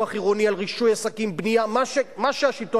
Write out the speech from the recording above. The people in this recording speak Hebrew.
נעשה ברשויות